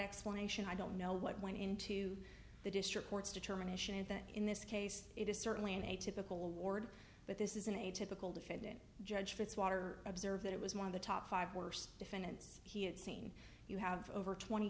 explanation i don't know what went into the district court's determination and that in this case it is certainly an atypical award but this is an atypical defendant judge fitzwater observe that it was one of the top five worst defendants he had seen you have over twenty